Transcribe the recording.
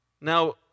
Now